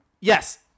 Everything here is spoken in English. Yes